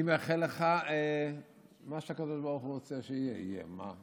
אני מאחל לך שמה שהקדוש ברוך רוצה שיהיה, יהיה.